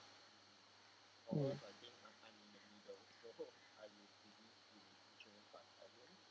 mm